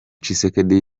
tshisekedi